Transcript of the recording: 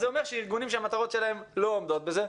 אז זה אומר שארגונים שהמטרות שלהם לא עומדות בזה,